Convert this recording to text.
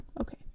okay